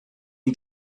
you